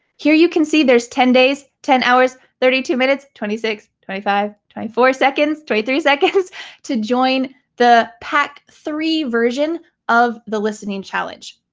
here you can see there's ten days, ten hours, thirty two minutes, twenty six, twenty five, twenty four seconds, twenty three seconds to join the pack three version of the listening challenge.